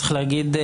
צריך להגיד,